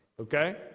okay